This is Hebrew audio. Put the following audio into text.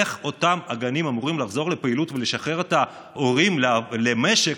איך אותם הגנים אמורים לחזור לפעילות ולשחרר את ההורים למשק,